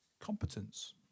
competence